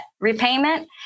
repayment